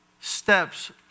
steps